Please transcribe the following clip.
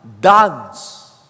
dance